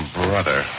brother